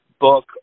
book